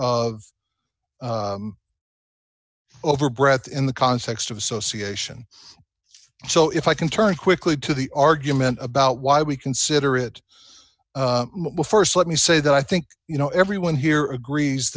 of over breath in the context of association so if i can turn quickly to the argument about why we consider it before us let me say that i think you know everyone here agrees